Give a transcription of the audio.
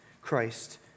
Christ